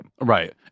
Right